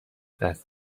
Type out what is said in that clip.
دست